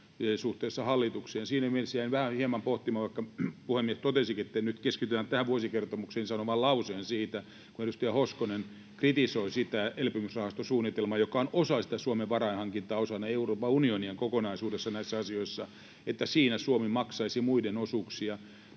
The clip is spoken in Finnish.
suhteessa hallitukseen. Siinä mielessä jäin hieman pohtimaan — vaikka puhemies totesikin, että nyt keskitytään tähän vuosikertomukseen, niin sanon vain lauseen siitä — kun edustaja Hoskonen kritisoi sitä elpymisrahastosuunnitelmaa, joka on osa sitä Suomen varainhankintaa osana Euroopan unionia kokonaisuudessaan näissä asioissa, että siinä Suomi maksaisi muiden osuuksia.